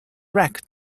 wreck